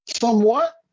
Somewhat